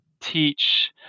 teach